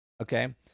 Okay